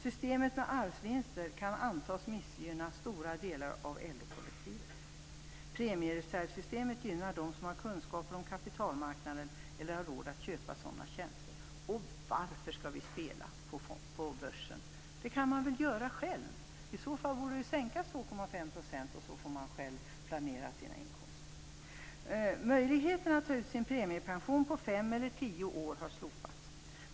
Systemet med arvsvinster kan antas missgynna stora delar av LO-kollektivet. Premiereservssystemet gynnar dem som har kunskaper om kapitalmarknaden eller har råd att köpa sådana tjänster. Varför skall vi spela på börsen? Det kan man göra själv. I så fall borde man sänka det med någon procent, och sedan får man planera sina inkomster. Möjligheten att ta ut sin premiepension på fem eller tio år har slopats.